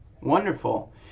Wonderful